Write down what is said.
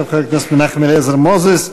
עכשיו חבר הכנסת מנחם אליעזר מוזס,